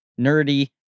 nerdy